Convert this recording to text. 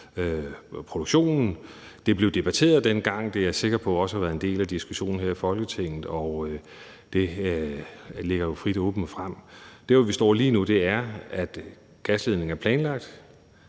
produktionen. Det blev debatteret dengang, og det er jeg sikker på også har været en del af diskussionen her i Folketinget. Og det ligger jo frit og åbent fremme. Der, hvor vi står lige nu, er, at gasledningen er planlagt.